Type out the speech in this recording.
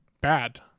bad